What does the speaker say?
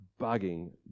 bugging